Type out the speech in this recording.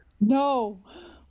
No